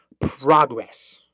progress